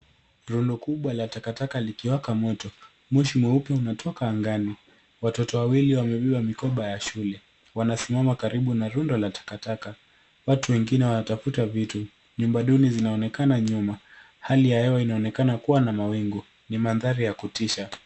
Rundo kubwa la takataka likiwaka moto. Moshi mweupe unatoka angani. Watoto wawili wamebeba mikoba ya shule. Wanasimama karibu na rundo la takataka. Watu wengine wanatafuta vitu. Nyumba duni zinaonekana nyuma. Hali ya hewa inaonekana kua na mawingu. Ni mandhari ya kutisha.